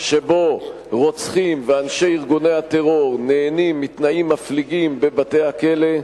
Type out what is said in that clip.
שבו רוצחים ואנשי ארגוני הטרור נהנים מתנאים מפליגים בבתי-הכלא,